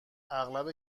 اغلب